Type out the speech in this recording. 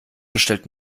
bestellt